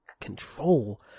control